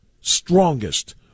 strongest